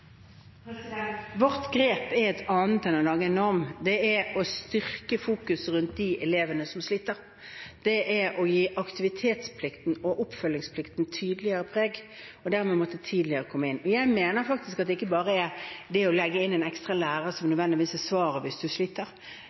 Vårt grep er et annet enn å lage en norm. Det er å styrke fokuset på de elevene som sliter, det er å gi aktivitetsplikten og oppfølgingsplikten tydeligere preg. En vil dermed måtte komme tidligere inn. Jeg mener det ikke bare er det å sette inn en ekstra lærer som nødvendigvis er svaret hvis en sliter.